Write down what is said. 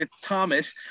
Thomas